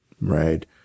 right